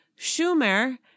Schumer